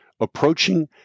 Approaching